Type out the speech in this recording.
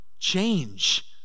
Change